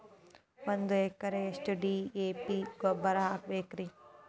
ಒಂದು ಎಕರೆಕ್ಕ ಎಷ್ಟ ಡಿ.ಎ.ಪಿ ಗೊಬ್ಬರ ಹಾಕಬೇಕ್ರಿ?